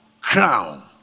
crown